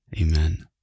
Amen